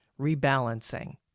rebalancing